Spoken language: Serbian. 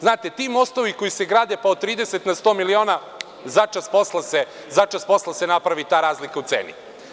Znate, ti mostovi koji se grade pa od 30 na 100 miliona, začas posla se napravi ta razlika u ceni.